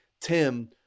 Tim